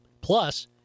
Plus